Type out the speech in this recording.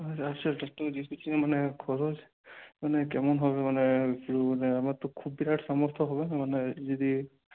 আচ্ছা ডাক্তারবাবু জিজ্ঞেস করছি মানে খরচ মানে কেমন হবে মানে কি বলে আমার তো খুব বিরাট সামর্থ্য হবে না মানে যদি